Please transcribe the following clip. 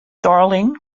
darling